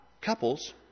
couples